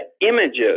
images